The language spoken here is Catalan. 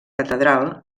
catedral